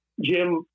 Jim